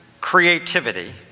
creativity